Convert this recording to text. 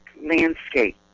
landscape